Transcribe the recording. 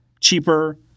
cheaper